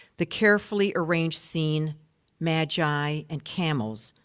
the carefully arranged scene magi and camels,